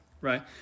Right